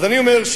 אני אומר,